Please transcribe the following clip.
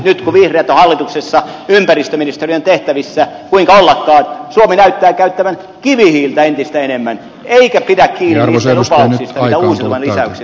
nyt kun vihreät on hallituksessa ympäristöministeriön tehtävissä kuinka ollakaan suomi näyttää käyttävän kivihiiltä entistä enemmän eikä pidä kiinni niistä lupauksista mitä uusiutuvan lisäyksiksi sovittiin